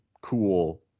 cool